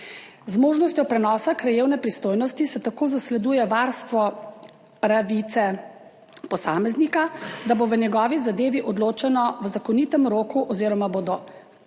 Z možnostjo prenosa krajevne pristojnosti se tako zasleduje varstvo pravice posameznika, da bo v njegovi zadevi odločeno v zakonitem roku oziroma bodo